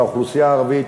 והאוכלוסייה הערבית,